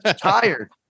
Tired